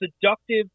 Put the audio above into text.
seductive